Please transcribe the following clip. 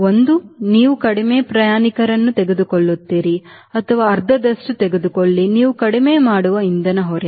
ಒಂದೋ ನೀವು ಕಡಿಮೆ ಪ್ರಯಾಣಿಕರನ್ನು ತೆಗೆದುಕೊಳ್ಳುತ್ತೀರಿ ಅಥವಾ ಅರ್ಧದಷ್ಟು ತೆಗೆದುಕೊಳ್ಳಿ ನೀವು ಕಡಿಮೆ ಮಾಡುವ ಇಂಧನ ಹೊರೆ